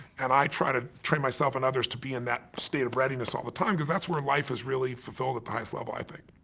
and i try to train myself and others to be in that state of readiness all the time because that's where life is really fulfilled at the highest level, i think.